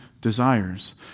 desires